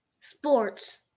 sports